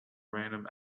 random